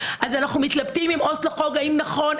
אנחנו מתלבטים עם עו"ס לחוק האם נכון,